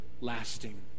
lasting